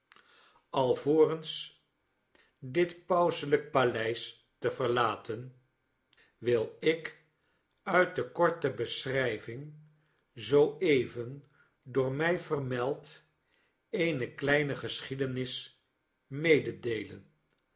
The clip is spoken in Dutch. alvorens dit pauselijk paleis te verlaten wil ik uit de korte beschrijving zoo even door mij vermeld eene kleine geschiedenis mededeelen